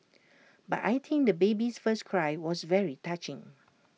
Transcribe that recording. but I think the baby's first cry was very touching